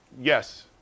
Yes